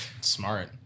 Smart